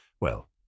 Well